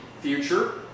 future